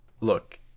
Look